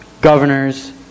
governors